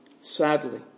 Sadly